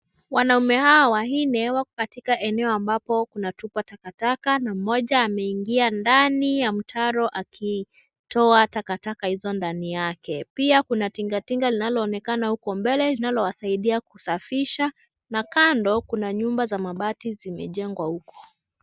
Wanaume hawa wanne wako katika eneo ambapo kunatupwa takataka na mmoja ameingia ndani ya mtaro akitoa takataka hizo ndani yake. Pia kuna tingatinga linaloonekana huko mbele linalowasaidia kusafisha na kando kuna nyumba za mabati zimejengwa huko.